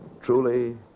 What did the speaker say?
truly